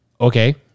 Okay